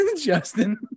Justin